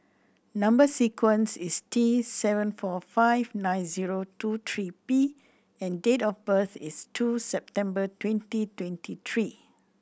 number sequence is T seven four five nine zero two three P and date of birth is two September twenty twenty three